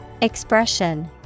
Expression